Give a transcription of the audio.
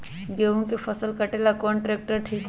गेहूं के फसल कटेला कौन ट्रैक्टर ठीक होई?